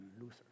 Luther